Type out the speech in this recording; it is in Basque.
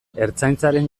ertzaintzaren